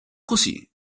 così